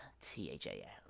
T-H-A-L